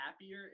happier